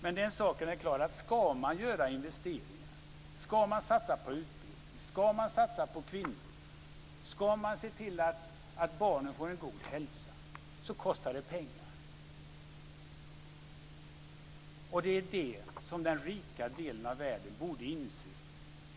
Men om man ska göra investeringar, satsa på utbildning, satsa på kvinnor och se till att barnen får en god hälsa är det klart att det kostar pengar. Det är det som den rika delen av världen borde inse.